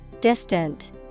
Distant